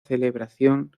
celebración